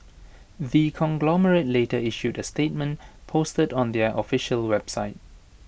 the conglomerate later issued A statement posted on their official website